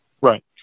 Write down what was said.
Right